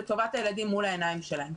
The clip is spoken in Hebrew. וטובת הילדים מול העיניים שלהם.